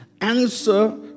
answer